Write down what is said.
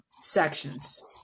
sections